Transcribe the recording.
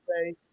say